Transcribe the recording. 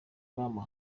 bampa